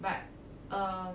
but uh